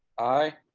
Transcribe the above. aye,